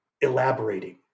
elaborating